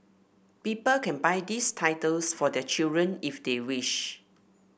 people can buy these titles for their children if they wish